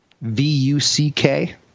V-U-C-K